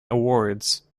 awards